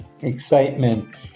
excitement